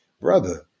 brother